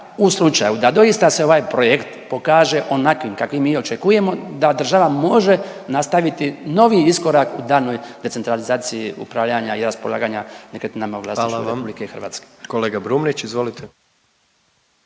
u slučaju da doista se ovaj projekt pokaže onakvim kakvim mi očekujemo da država može nastaviti novi iskorak u danoj decentralizaciji upravljanja i raspolaganja nekretninama …/Upadica predsjednik: Hvala vam./… u Vlasništvu RH.